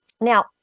Now